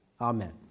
Amen